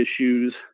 issues